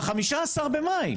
ל-15.5.